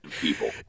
people